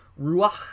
ruach